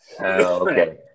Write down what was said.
okay